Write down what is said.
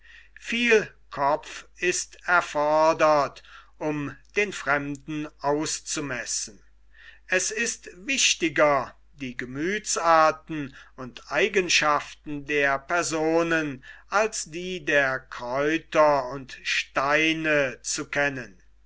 viel kopf ist erfordert um den fremden auszumessen es ist wichtiger die gemüthsarten und eigenschaften der personen als die der kräuter und steine zu kennen